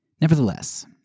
Nevertheless